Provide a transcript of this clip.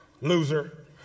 loser